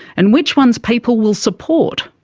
and which ones people will support,